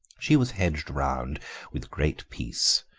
she was hedged round with great peace,